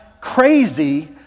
crazy